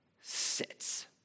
sits